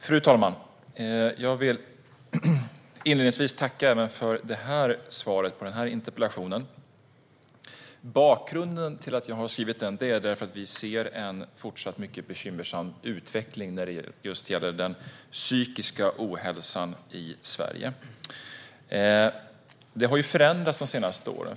Fru talman! Jag vill inledningsvis tacka även för detta interpellationssvar. Bakgrunden till min interpellation är att vi ser en fortsatt mycket bekymmersam utveckling när det gäller just den psykiska ohälsan i Sverige. Det har skett förändringar de senaste åren.